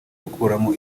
gukurwamo